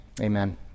Amen